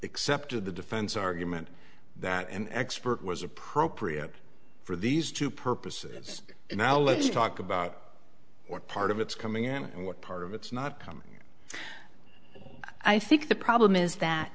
accepted the defense argument that an expert was appropriate for these two purposes and i'll let you talk about what part of it's coming in and what part of it's not coming i think the problem is that